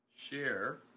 Share